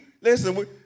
Listen